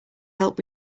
help